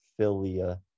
Philia